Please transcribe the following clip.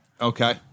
Okay